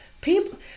people